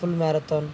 full marathon